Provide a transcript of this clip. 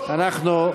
חברי הכנסת, אנחנו,